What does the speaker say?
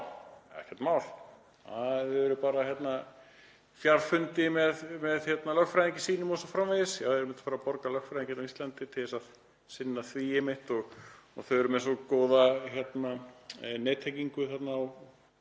ekkert mál, þau fara bara á fjarfundi með lögfræðingi sínum o.s.frv. Já, þau eru að fara að borga lögfræðingi á Íslandi til þess að sinna því og þau eru með svo góða nettengingu þarna